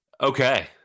Okay